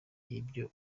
ibyo